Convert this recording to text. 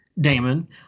damon